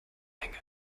menge